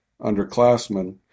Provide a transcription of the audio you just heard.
underclassmen